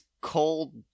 cold